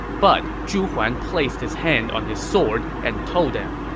but zhu huan placed his hand on his sword and told them,